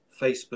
Facebook